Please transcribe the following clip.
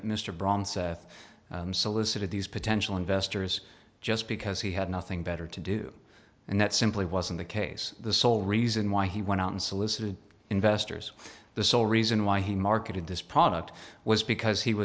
seth solicited these potential investors just because he had nothing better to do and that simply wasn't the case the sole reason why he went out and solicited investors the sole reason why he marketed this product was because he